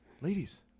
ladies